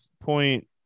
point